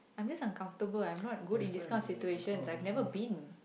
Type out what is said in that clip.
I'm just uncomfortable I'm not good in this kind of situation I've never been